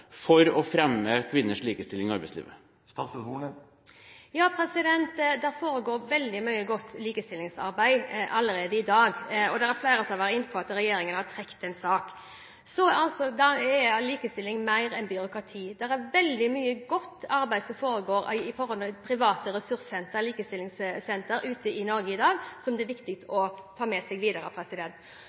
for å fremme kvinners likestilling i arbeidslivet? Det foregår veldig mye godt likestillingsarbeid allerede i dag. Flere har vært inne på at regjeringen har trukket en sak, men likestilling er altså mer enn byråkrati. Det er veldig mye godt arbeid som foregår i private ressurssentre, likestillingssentre, ute i Norge nå i dag, som det er viktig å ta med seg videre.